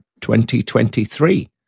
2023